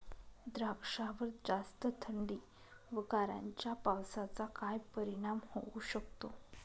द्राक्षावर जास्त थंडी व गारांच्या पावसाचा काय परिणाम होऊ शकतो?